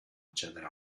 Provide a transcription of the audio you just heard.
accedere